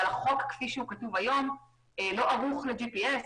אבל החוק כפי שהוא כתוב היום לא ערוך לג'י.פי.אס,